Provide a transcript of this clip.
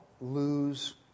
lose